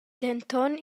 denton